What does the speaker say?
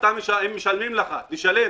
"אבל משלמים לך ואתה משלם".